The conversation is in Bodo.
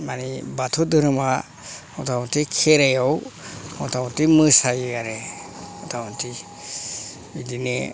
माने बाथौ धोरोमा मथा मथि खेराइआव मथा मथि मोसायो आरो मथा मथि बिदिनो